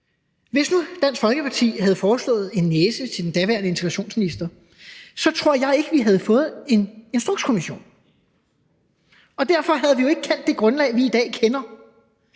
Hvis nu Dansk Folkeparti havde foreslået en næse til den daværende integrationsminister, så tror jeg ikke, at vi havde fået en Instrukskommission, og derfor havde vi jo ikke kendt det grundlag, vi i dag kender.